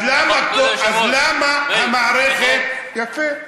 אז למה המערכת, יפה.